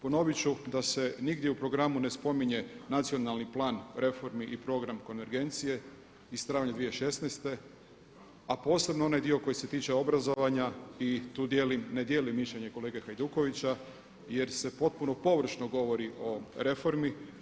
Ponovit ću da se nigdje u programu ne spominje nacionalni plan reformi i program konvergencije iz travnja 2016., a posebno onaj dio koji se tiče obrazovanja i tu ne dijelim mišljenje kolege Hajdukovića jer se potpuno površno govori o reformi.